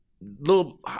little